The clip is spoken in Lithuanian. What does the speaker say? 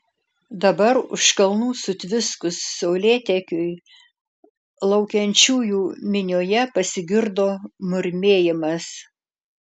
dabar už kalnų sutviskus saulėtekiui laukiančiųjų minioje pasigirdo murmėjimas